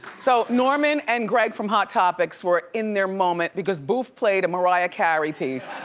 so norman and greg from hot topics were in their moment because boof played a mariah carey piece.